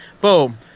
Boom